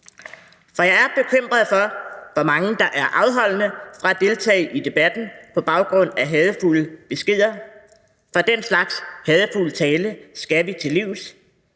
og jeg er bekymret for, hvor mange der er afholdende fra at deltage i debatten på baggrund af hadefulde beskeder. Den slags hadefulde tale skal vi til livs,